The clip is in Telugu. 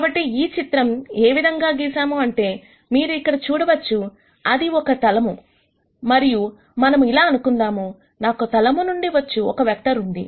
కాబట్టి ఈ చిత్రం ఏ విధంగా గీసాము అంటేమీరు ఇక్కడ చూడవచ్చు అది ఒక తలము మరియు మనము ఇలా అందాం నాకు తలము నుండి వచ్చు ఒక వెక్టర్ ఉంది